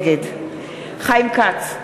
נגד חיים כץ,